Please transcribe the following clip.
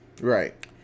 Right